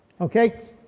Okay